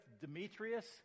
Demetrius